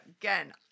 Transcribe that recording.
again